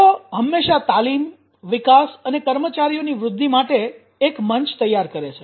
તેઓ હંમેશાં તાલીમ વિકાસ અને કર્મચારીઓની વૃદ્ધિ માટે એક મંચ તૈયાર કરે છે